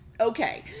okay